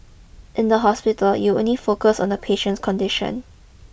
in the hospital you only focus on the patient's condition